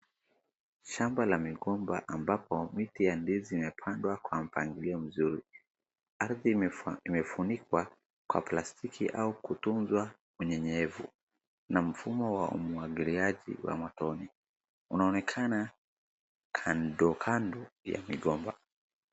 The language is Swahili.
Shamba la migomba ambapo miti ya ndizi imepandwa kwa mpangilio mzuri. Ardhi imefunikwa kwa plastiki au kutunzwa unyenyevu, na mfumo wa umwagiliaji wa matone unaonekana kandokando ya migomba.